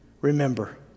remember